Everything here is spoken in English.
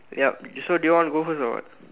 ya so do you want to go first or what